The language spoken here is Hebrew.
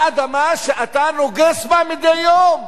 על אדמה שאתה נוגס בה מדי יום.